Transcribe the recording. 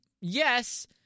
Yes